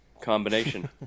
combination